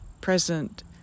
present